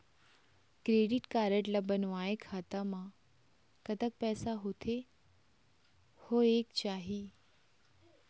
Credit card ला बनवाए खाता मा कतक पैसा होथे होएक चाही?